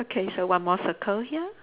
okay so one more circle here